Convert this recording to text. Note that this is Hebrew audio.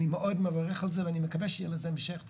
אני מאוד מברך על זה ואני מקווה שיהיה לזה המשך.